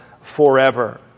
forever